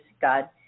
God